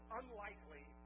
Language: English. unlikely